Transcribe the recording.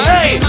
Hey